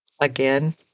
Again